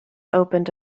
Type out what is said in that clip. opened